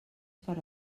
per